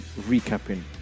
recapping